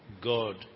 God